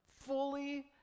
fully